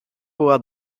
była